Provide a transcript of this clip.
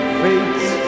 fates